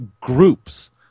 groups